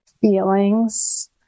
feelings